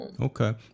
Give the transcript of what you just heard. Okay